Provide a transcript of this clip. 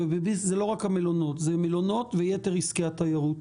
וזה לא רק המלונות, זה מלונות ויתר עסקי התיירות.